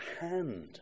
hand